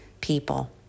people